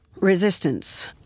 Resistance